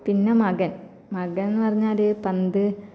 പിന്നെ മകന് മകനെന്നു പറഞ്ഞാൽ പന്ത്